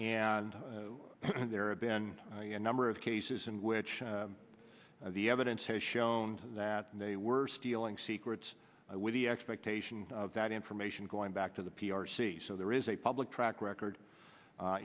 and there have been a number of cases in which the evidence has shown that they were stealing secrets with the expectation that information going back to the p r c so there is a public track record